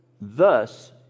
Thus